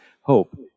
hope